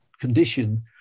condition